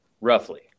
Roughly